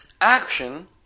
action